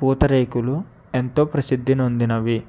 పూతరేకులు ఎంతో ప్రసిద్ధి నొందినవి